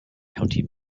county